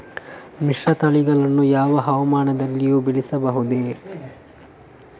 ಮಿಶ್ರತಳಿಗಳನ್ನು ಯಾವ ಹವಾಮಾನದಲ್ಲಿಯೂ ಬೆಳೆಸಬಹುದೇ?